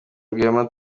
rwema